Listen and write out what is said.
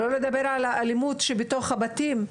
לא לדבר על האלימות שבתוך הבתים,